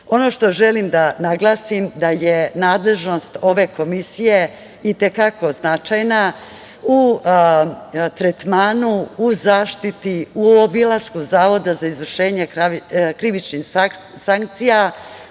što želim da naglasim da je nadležnost ove Komisije i te kako značajna u tretmanu u zaštiti u obilasku zavoda za izvršenje krivični sankcija,